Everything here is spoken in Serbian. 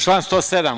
Član 107.